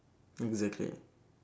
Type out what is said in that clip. exactly